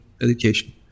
education